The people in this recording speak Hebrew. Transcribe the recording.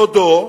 דודו,